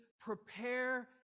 prepare